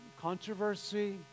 controversy